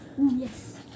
Yes